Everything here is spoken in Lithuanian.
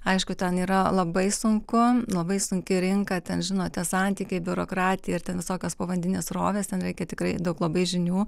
aišku ten yra labai sunku labai sunki rinka ten žinote santykiai biurokratija ir ten visokios povandeninės srovės ten reikia tikrai daug labai žinių